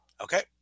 Okay